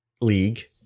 league